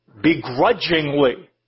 begrudgingly